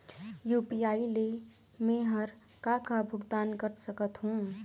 UPI ले मे हर का का भुगतान कर सकत हो?